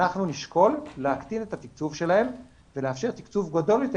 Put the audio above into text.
אנחנו נשקול להקטין את התקצוב שלהן ולאפשר תקצוב גדול יותר